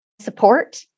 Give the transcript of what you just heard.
support